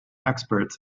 experts